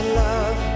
love